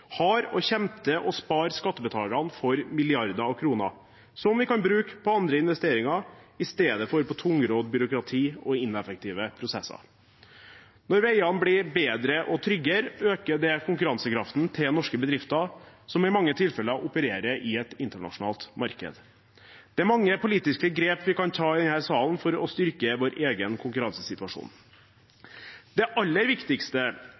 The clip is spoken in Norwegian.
og kommer til å spare skattebetalerne for milliarder av kroner, som vi kan bruke på andre investeringer i stedet for på tungrodd byråkrati og ineffektive prosesser. Når veiene blir bedre og tryggere, øker det konkurransekraften til norske bedrifter, som i mange tilfeller opererer i et internasjonalt marked. Det er mange politiske grep vi kan ta i denne salen for å styrke vår egen konkurransesituasjon. Det aller